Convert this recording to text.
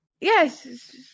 Yes